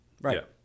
right